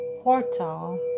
portal